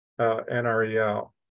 NREL